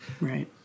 Right